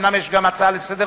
אומנם יש גם הצעה לסדר-היום,